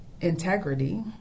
integrity